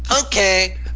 Okay